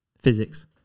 physics